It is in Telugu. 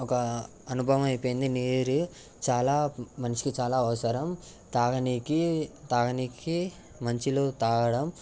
ఒక అనుభవం అయిపోయింది నీరు చాలా మనిషికి చాలా అవసరం తాగడానికి తాగడానికి మంచి నీళ్ళు తాగడం